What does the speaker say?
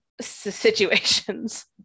situations